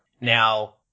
Now